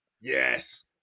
Yes